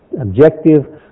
objective